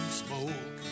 smoke